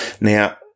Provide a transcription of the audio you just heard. now